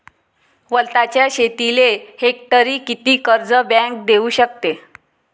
वलताच्या शेतीले हेक्टरी किती कर्ज बँक देऊ शकते?